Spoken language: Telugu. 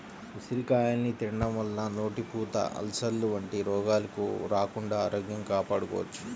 ఉసిరికాయల్ని తినడం వల్ల నోటిపూత, అల్సర్లు వంటి రోగాలు రాకుండా ఆరోగ్యం కాపాడుకోవచ్చు